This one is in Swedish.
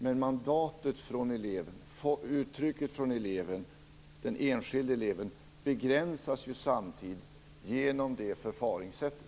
Men mandatet från eleven, uttrycket från den enskilde eleven, begränsas samtidigt genom det förfaringssättet.